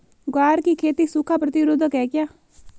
ग्वार की खेती सूखा प्रतीरोधक है क्या?